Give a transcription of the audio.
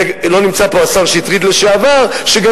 לא נמצא פה השר לשעבר שטרית,